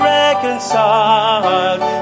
reconciled